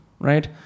right